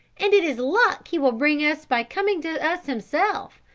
and it is luck he will bring us by coming to us himself.